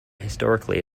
historically